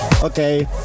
Okay